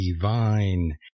divine